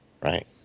right